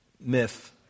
myth